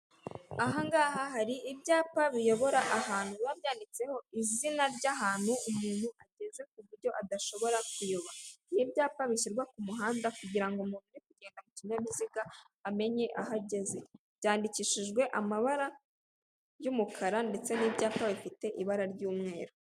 Aha ngaha hari ibyapa biyobora ahantu biba byanditseho izina ry'ahantu umuntu ageze, ku buryo adashobora kuyoba ibyapa bishyirwa ku muhanda kugirango umuntu uri kugenda ku kinyabiziga amenye aho ageze byandikishijwe amabara y'umukara, ndetse n'ibyapa bifite ibara ry'umweru.